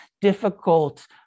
difficult